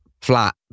flat